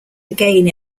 again